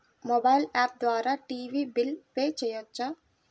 Mobile app ద్వారా TV bill pay చేయవచ్చా?